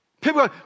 people